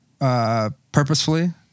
Purposefully